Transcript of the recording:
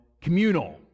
communal